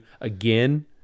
again